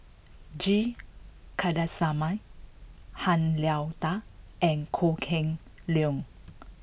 G Kandasamy Han Lao Da and Kok Heng Leun